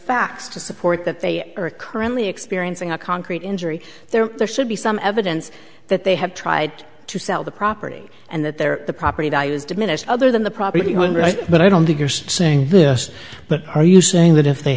facts to support that they are currently experiencing a concrete injury there there should be some evidence that they have tried to sell the property and that their property values diminished other than the property hundreds but i don't think you're saying this but are you saying that if they